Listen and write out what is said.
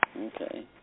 Okay